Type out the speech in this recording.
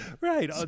Right